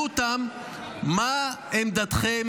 בהרווארד?